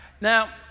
Now